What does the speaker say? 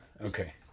Okay